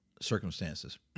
circumstances